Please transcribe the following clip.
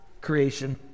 creation